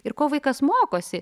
ir ko vaikas mokosi